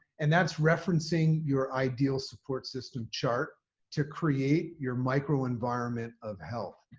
and that's referencing your ideal support system chart to create your micro environment of health.